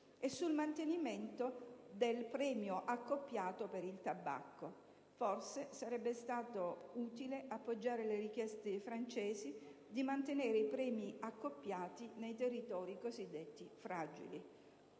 e sul mantenimento del premio accoppiato per il tabacco. Forse, sarebbe stato utile appoggiare le richieste dei francesi di mantenere i premi accoppiati nei territori cosiddetti fragili.